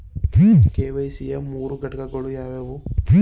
KYC ಯ ಮೂರು ಘಟಕಗಳು ಯಾವುವು?